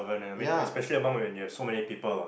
yeah